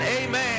Amen